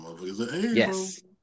Yes